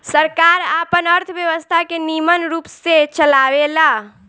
सरकार आपन अर्थव्यवस्था के निमन रूप से चलावेला